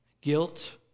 guilt